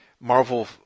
Marvel